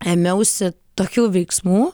ėmiausi tokių veiksmų